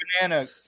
Banana